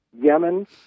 Yemen